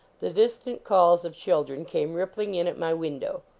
the distant calls of chil dren came rippling in at my window.